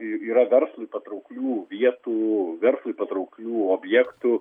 yra yra verslui patrauklių vietų verslui patrauklių objektų